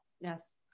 Yes